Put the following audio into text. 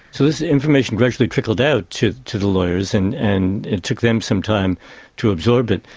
so this information gradually trickled out to to the lawyers, and and it took them some time to absorb it.